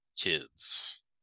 kids